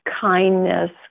kindness